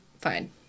Fine